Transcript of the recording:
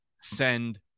send